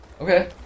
okay